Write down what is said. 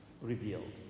revealed